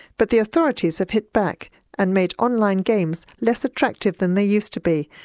but the authorities have hit back and made online games less attractive than they used to be,